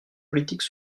politique